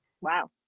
wow